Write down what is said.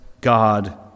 God